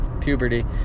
puberty